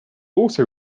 also